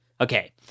Okay